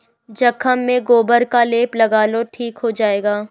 जख्म में गोबर का लेप लगा लो ठीक हो जाएगा